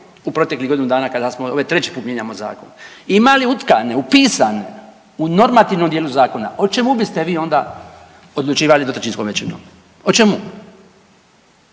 u proteklih godinu dana kada smo, ovo treći put mijenjamo zakon, imali utkane, upisane u normativnom dijelu zakona, o čemu biste vi onda odlučivali dvotrećinskom većinom? O čemu?